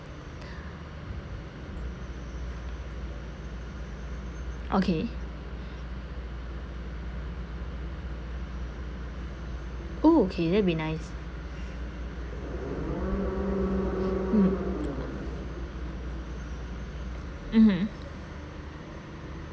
okay oh okay that'll be nice mm mmhmm